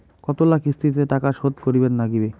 কতোলা কিস্তিতে টাকা শোধ করিবার নাগীবে?